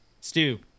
Stew